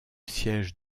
siège